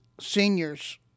seniors